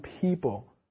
people